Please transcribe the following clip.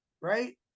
right